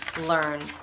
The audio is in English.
learn